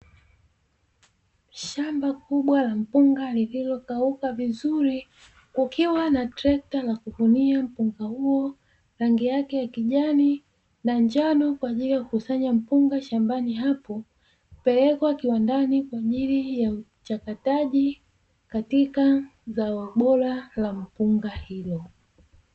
Shamba kubwa la mpunga lililokauka vizuri; kukiwa na trekta la kuvunia mpunga huo, rangi yake ya kijani na njano, kwa ajili ya kukusanya mpunga shambani hapo; kupelekwa kiwandani kwa ajili ya uchakataji katika zao bora la mpunga hilo.